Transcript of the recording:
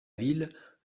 ville